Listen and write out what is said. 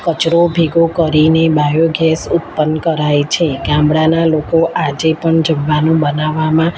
કચરો ભેગો કરીને બાયો ગેસ ઉત્પન કરાય છે ગામડાના લોકો આજે પણ જમવાનું બનાવામાં